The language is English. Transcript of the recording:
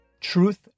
Truth